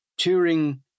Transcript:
Turing